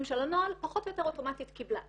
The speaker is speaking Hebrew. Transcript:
של הנוהל פחות או יותר אוטומטית קיבלה מעמד.